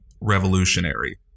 revolutionary